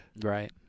Right